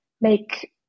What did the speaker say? make